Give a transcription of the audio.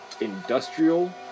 industrial